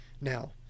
Now